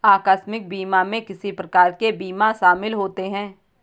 आकस्मिक बीमा में किस प्रकार के बीमा शामिल होते हैं?